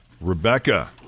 Rebecca